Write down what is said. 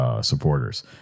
supporters